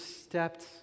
stepped